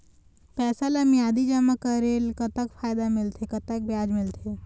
पैसा ला मियादी जमा करेले, कतक फायदा मिलथे, ब्याज कतक मिलथे?